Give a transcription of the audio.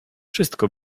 wszystko